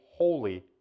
Holy